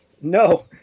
no